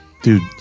Dude